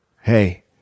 Hey